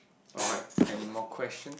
alright anymore question